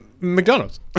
McDonald's